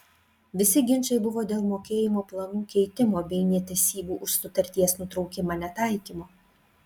visi ginčai buvo dėl mokėjimo planų keitimo bei netesybų už sutarties nutraukimą netaikymo